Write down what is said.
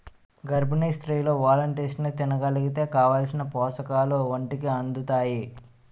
గర్భిణీ స్త్రీలు వాల్నట్స్ని తినగలిగితే కావాలిసిన పోషకాలు ఒంటికి అందుతాయి